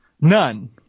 none